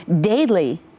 daily